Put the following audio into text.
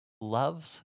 loves